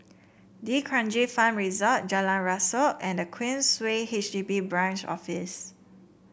D'Kranji Farm Resort Jalan Rasok and the Queensway H D B Branch Office